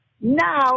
now